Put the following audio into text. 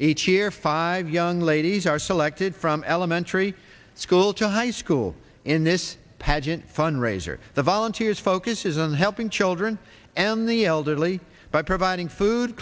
each year five young ladies are selected from elementary school to high school in this pageant fundraiser the volunteers focuses on helping children and the elderly by providing food